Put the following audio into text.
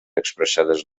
expressades